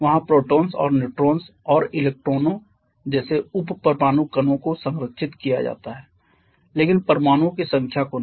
वहाँ प्रोटॉन्स और न्यूट्रॉन्स और इलेक्ट्रॉनों जैसे उप परमाणु कणों को संरक्षित किया जाता है लेकिन परमाणुओं की संख्या को नहीं